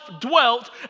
dwelt